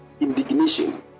indignation